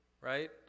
right